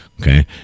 okay